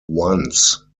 once